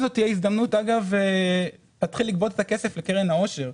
זאת תהיה גם הזדמנות להתחיל לגבות את הכסף לקרן העושר.